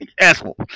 asshole